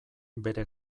bere